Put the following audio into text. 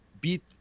beat